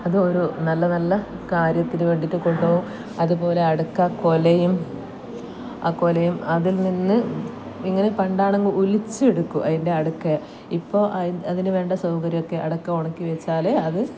അത് ഓരോ നല്ല നല്ല കാര്യത്തിന് വേണ്ടിയിട്ട് കൊണ്ടുപോകും അതുപോലെ അടയ്ക്ക കുലയും ആ കുലയും അതില് നിന്ന് ഇങ്ങനെ പണ്ടാണെങ്കിൽ ഇങ്ങനെ ഉലിച്ചെടുക്കും അതിന്റെ അടയ്ക്ക ഇപ്പോൾ അതിനുവേണ്ട സൗകര്യം ഒക്കെ അടയ്ക്ക ഉണക്കി വെച്ചാൽ അത്